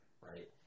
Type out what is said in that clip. Right